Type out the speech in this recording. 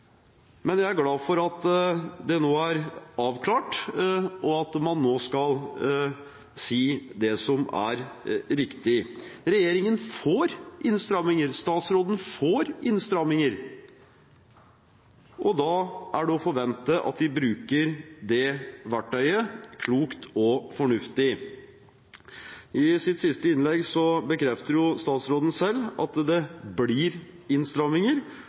Jeg er glad for at det nå er avklart, og at man nå skal si det som er riktig. Regjeringen får innstramminger, statsråden får innstramminger, og da er det å forvente at de bruker det verktøyet klokt og fornuftig. I sitt siste innlegg bekrefter jo statsråden selv at det blir innstramminger,